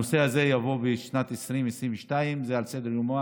הנושא הזה יבוא בשנת 2022. זה על סדר-יומו